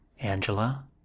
angela